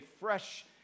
fresh